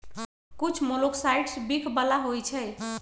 कुछ मोलॉक्साइड्स विख बला होइ छइ